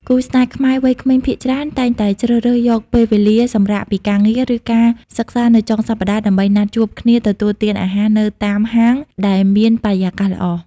គូស្នេហ៍ខ្មែរវ័យក្មេងភាគច្រើន តែងតែជ្រើសរើសយកពេលវេលាសម្រាកពីការងារ ឬការសិក្សានៅចុងសប្តាហ៍ ដើម្បីណាត់ជួបគ្នាទទួលទានអាហារនៅតាមហាងដែលមានបរិយាកាសល្អ។